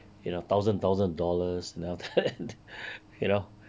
you know thousand thousand dollars you know you know